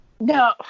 no